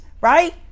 right